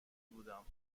بودم